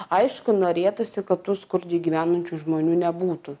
aišku norėtųsi kad tų skurdžiai gyvenančių žmonių nebūtų